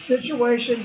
situation